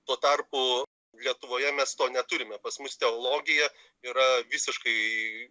tuo tarpu lietuvoje mes to neturime pas mus teologija yra visiškai